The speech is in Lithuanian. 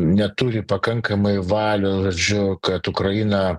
neturi pakankamai valios žodžiu kad ukraina